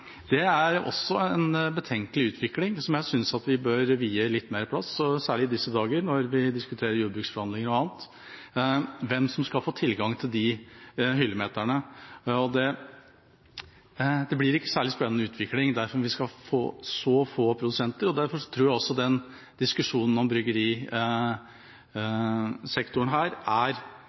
Det er en betenkelig utvikling som jeg syns vi bør vie litt mer plass, særlig i disse dager, når vi diskuterer jordbruksforhandlingene og annet. Hvem skal få tilgang til de hyllemeterne? Det blir ikke noen særlig spennende utvikling dersom vi skal ha så få produsenter. Når det gjelder diskusjonen om bryggerisektoren, har vi ikke hørt alle sider ved saken, for det er